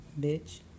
Bitch